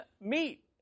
meet